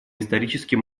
историческим